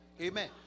Amen